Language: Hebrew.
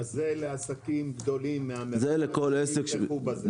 אז זה לעסקים גדולים מהמרכז שתתמכו בזה,